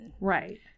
right